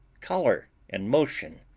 color, and motion,